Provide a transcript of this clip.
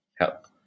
help